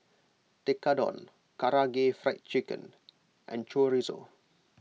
Tekkadon Karaage Fried Chicken and Chorizo